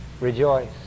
Rejoice